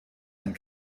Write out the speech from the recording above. ein